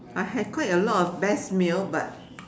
I had quite a lot of best meal but